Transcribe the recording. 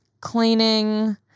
cleaning